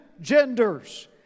genders